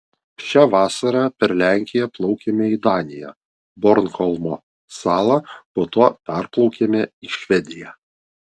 šią vasarą per lenkiją plaukėme į daniją bornholmo salą po to perplaukėme į švediją